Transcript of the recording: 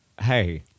hey